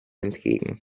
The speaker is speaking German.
entgegen